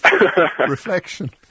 Reflection